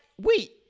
Wait